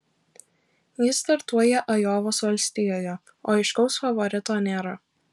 jis startuoja ajovos valstijoje o aiškaus favorito nėra